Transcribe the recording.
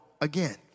Again